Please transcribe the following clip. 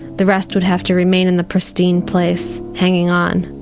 the rest would have to remain in the pristine place, hanging on.